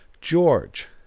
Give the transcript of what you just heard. George